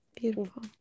beautiful